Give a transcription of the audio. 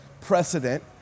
precedent